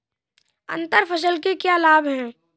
अंतर फसल के क्या लाभ हैं?